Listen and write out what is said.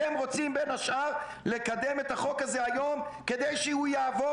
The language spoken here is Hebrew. אתם רוצים בין השאר לקדם את החוק הזה היום כדי שהוא יעבור